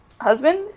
husband